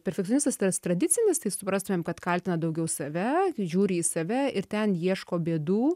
perfekcionistas tas tradicinis tai suprastumėm kad kaltina daugiau save žiūri į save ir ten ieško bėdų